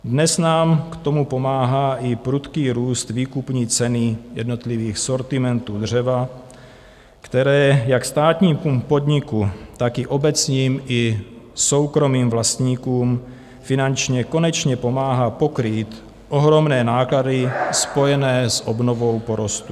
Dnes nám k tomu pomáhá i prudký růst výkupní ceny jednotlivých sortimentů dřeva, které jak státnímu podniku, tak i obecním i soukromým vlastníkům finančně konečně pomáhá pokrýt ohromné náklady spojené s obnovou porostů.